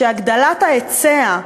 שהגדלת ההיצע,